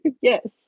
Yes